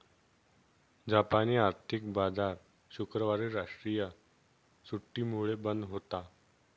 जापानी आर्थिक बाजार शुक्रवारी राष्ट्रीय सुट्टीमुळे बंद होता